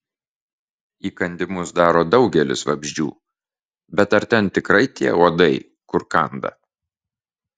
įkandimus daro daugelis vabzdžių bet ar ten tikrai tie uodai kur kanda